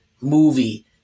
movie